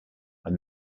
are